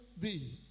thee